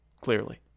Clearly